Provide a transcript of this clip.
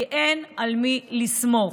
כי אין על מי לסמוך.